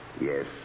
Yes